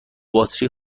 باتری